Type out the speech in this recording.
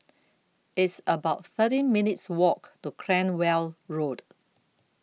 It's about thirteen minutes' Walk to Cranwell Road